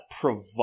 provide